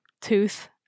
tooth